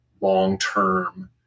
long-term